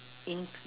in~